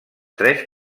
tres